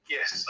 Yes